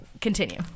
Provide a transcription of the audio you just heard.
Continue